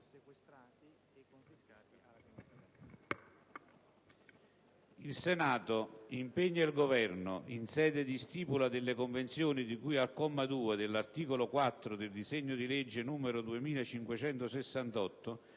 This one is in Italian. «Il Senato impegna il Governo, in sede di stipula delle convenzioni di cui al comma 2 dell'articolo 4 del disegno di legge n. 2568,